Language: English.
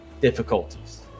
difficulties